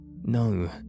No